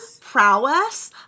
prowess